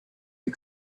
you